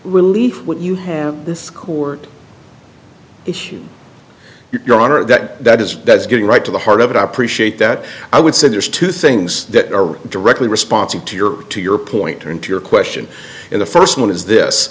what you have this court here your honor that that is that's getting right to the heart of it i appreciate that i would say there's two things that are directly responsive to your to your point and to your question in the first one is this